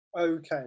okay